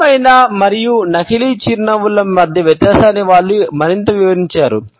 నిజమైన మరియు నకిలీ చిరునవ్వుల మధ్య వ్యత్యాసాన్ని వారు మరింత వివరించారు